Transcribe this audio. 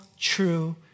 true